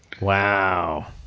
Wow